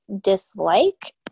dislike